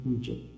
Egypt